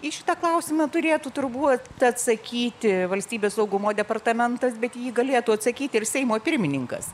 į šitą klausimą turėtų turbūt atsakyti valstybės saugumo departamentas bet į jį galėtų atsakyti ir seimo pirmininkas